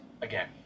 again